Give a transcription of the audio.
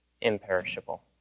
imperishable